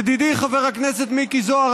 ידידי חבר הכנסת מיקי זוהר,